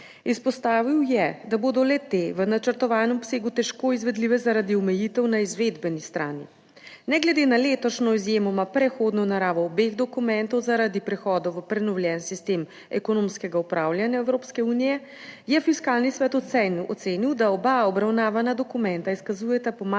Izpostavil je, da bodo le te v načrtovanem obsegu težko izvedljive, zaradi omejitev na izvedbeni strani. Ne glede na letošnjo izjemoma prehodno naravo obeh dokumentov zaradi prehoda v prenovljen sistem ekonomskega upravljanja Evropske unije je Fiskalni svet ocenil, da oba obravnavana dokumenta izkazujeta pomanjkanje